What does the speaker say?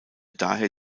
daher